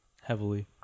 heavily